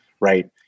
Right